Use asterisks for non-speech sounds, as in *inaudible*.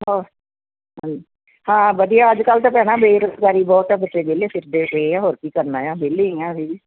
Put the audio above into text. *unintelligible* ਹਾਂ ਵਧੀਆ ਅੱਜ ਕੱਲ੍ਹ ਤਾਂ ਭੈਣਾਂ ਬੇਰੁਜ਼ਗਾਰੀ ਬਹੁਤ ਹੈ ਬੱਚੇ ਵੇਹਲੇ ਫਿਰਦੇ ਪਏ ਹੈ ਹੋਰ ਕੀ ਕਰਨਾ ਆ ਵੇਹਲੇ ਹੀ ਆ ਅਸੀਂ ਵੀ